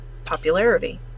Popularity